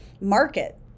market